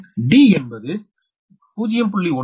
மற்றும் d என்பது 0